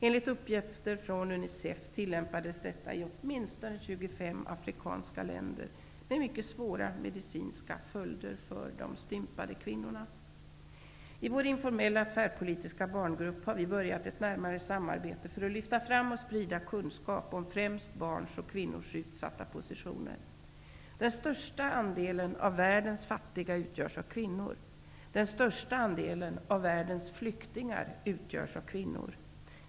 Enligt uppgifter från Unicef tillämpas detta i åtminstone 25 afrikanska länder med mycket svåra medicinska följder för de stympade kvinnorna. I vår informella och tvärpolitiska barngrupp har vi börjat ett närmare samarbete för att lyfta fram och sprida kunskap om främst barns och kvinnors utsatta positioner. Den största andelen av världens fattiga utgörs av kvinnor. Den största andelen av världens flyktingar utgörs av kvinnor.